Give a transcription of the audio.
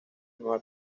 nueva